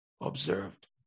observed